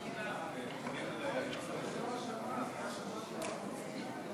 תם הפרק של הצעות החוק הפרטיות.